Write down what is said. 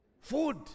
food